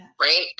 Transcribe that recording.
right